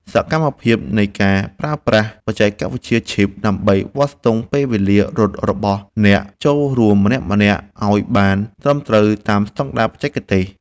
សកម្មភាពនៃការប្រើប្រាស់បច្ចេកវិទ្យាឈីប ដើម្បីវាស់ស្ទង់ពេលវេលារត់របស់អ្នកចូលរួមម្នាក់ៗឱ្យបានត្រឹមត្រូវតាមស្ដង់ដារបច្ចេកទេស។